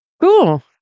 cool